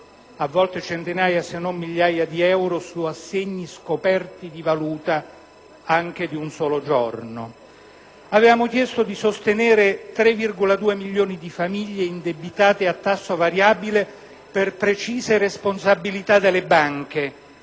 a volte centinaia se non migliaia di euro su assegni scoperti di valuta anche per un solo giorno. Avevamo chiesto di sostenere tre milioni e duecentomila famiglie indebitate a tasso variabile per precise responsabilità delle banche,